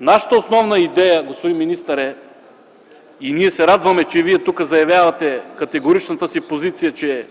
Нашата основна идея, господин министър, е (ние се радваме, че Вие заявявате тук категоричната си позиция), че